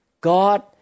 God